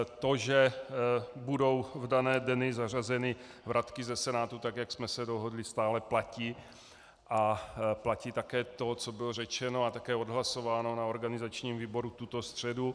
To, že budou v dané dny zařazeny vratky ze Senátu, tak jak jsme se dohodli, stále platí a platí také to, co bylo řečeno a také odhlasováno na organizačním výboru tuto středu.